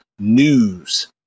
News